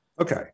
Okay